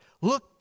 look